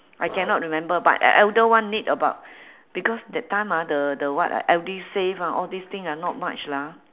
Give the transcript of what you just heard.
I cannot remember but e~ elder one need about because that time ah the the what uh edusave ah all these thing ah not much lah